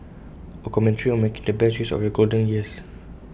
A commentary on making the best use of your golden years